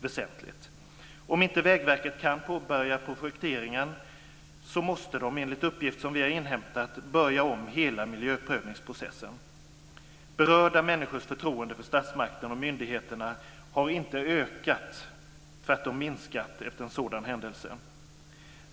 väsentligt. Om inte Vägverket kan påbörja projekteringen måste de, enligt uppgifter vi har inhämtat, börja om hela miljöprövningsprocessen. Berörda människors förtroende för statsmakten och myndigheterna har inte ökat, tvärtom minskat, efter en sådan händelse.